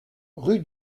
rue